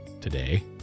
today